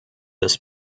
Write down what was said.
des